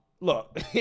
look